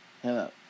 Hello